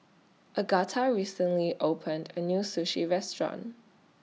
Agatha recently opened A New Sushi Restaurant